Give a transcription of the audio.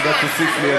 אבל אתה תוסיף לי,